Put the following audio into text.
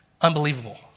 unbelievable